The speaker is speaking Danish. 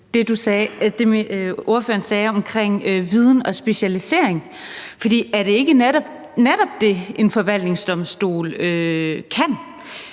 det, ordføreren sagde om viden og specialisering. For er det ikke netop det, en forvaltningsdomstol kan,